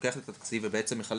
פותח את התקציב ובעצם מחלק.